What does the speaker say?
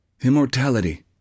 Immortality